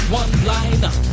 one-liner